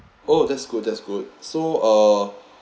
oh that's good that's good so uh